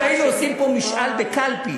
אם היינו עושים פה משאל בקלפי,